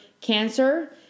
cancer